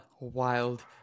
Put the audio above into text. Wild